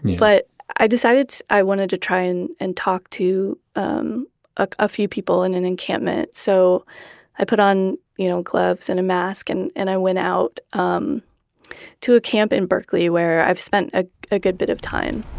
but i decided i wanted to try and and talk to um a a few people in an encampment. so i put on you know gloves and a mask and and i went out um to a camp in berkeley where i've spent a a good bit of time